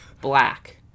black